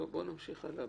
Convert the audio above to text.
נמשיך הלאה.